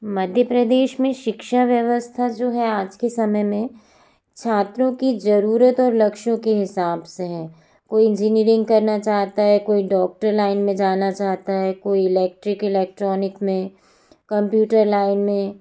मध्य प्रदेश में शिक्षा व्यवस्था जो है आज के समय में छात्रों की ज़रूरतों और लक्ष्यों के हिसाब से है कोई इंजीनियरिंग करना चाहता है कोई डॉक्टर लाइन में जाना चाहता है कोई इलेक्ट्रिक इलेक्ट्रोनिक में कंप्यूटर लाइन में